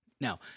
Now